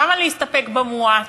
למה להסתפק במועט?